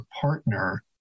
partner